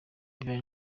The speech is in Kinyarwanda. bibaye